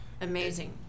amazing